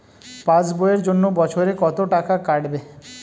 Pass বইয়ের জন্য বছরে কত টাকা কাটবে?